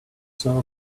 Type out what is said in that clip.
sew